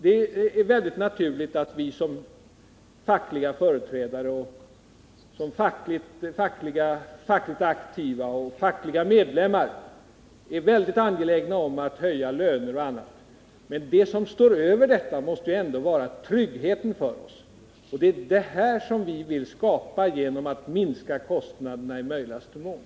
Det är naturligt att vi som fackliga företrädare, som fackligt aktiva och fackliga medlemmar, är angelägna om att höja löner och annat, men det som står över allt detta måste ju ändå vara tryggheten för oss. Det är den som vi vill skapa genom att i möjligaste mån minska kostnaderna.